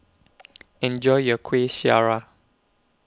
Enjoy your Kuih Syara